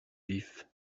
vif